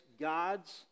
God's